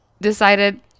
decided